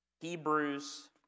Hebrews